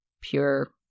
pure